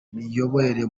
miyoborere